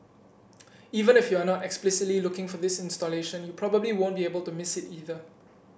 even if you are not explicitly looking for this installation you probably won't be able to miss it either